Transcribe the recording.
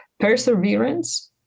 perseverance